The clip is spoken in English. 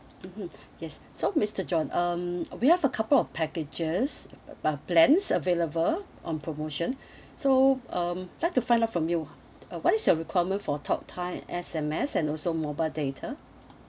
mmhmm yes so mister john um we have a couple of packages uh plans available on promotion so um would like to find out from you ah what is your requirement for talktime S_M_S and also mobile data